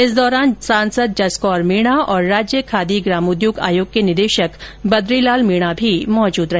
इस दौरान सांसद जसकौर मीणा और राज्य खादी ग्रामोद्योग आयोग के निदेशक बद्रीलाल मीणा भी मौजूद रहे